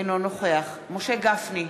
אינו נוכח משה גפני,